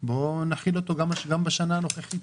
בואו נחיל אותו גם בשנה הנוכחית.